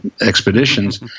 expeditions